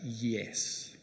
yes